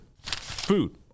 Food